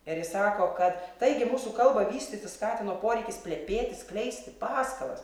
ir jis sako kad taigi mūsų kalbą vystytis skatino poreikis plepėti skleisti paskalas